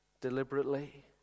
deliberately